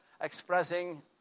expressing